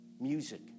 music